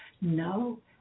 No